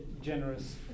generous